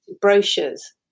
brochures